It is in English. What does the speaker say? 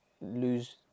lose